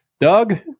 Doug